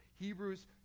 Hebrews